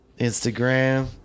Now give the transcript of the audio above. Instagram